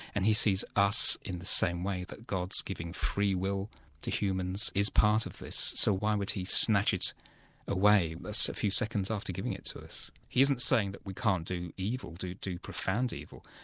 and he sees us in the same way that god's giving free will to humans is part of this. so why would he snatch it away a few seconds after giving it to us? he isn't saying that we can't do evil, do do profound evil,